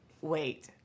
Wait